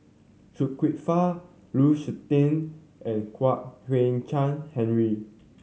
Kwek Fah Lu Suitin and Kwek Hian Chuan Henry